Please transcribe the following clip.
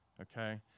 okay